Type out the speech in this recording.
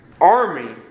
army